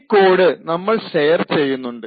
ഈ കോഡ് നമ്മൾ ഷെയർ ചെയ്യുന്നുണ്ട്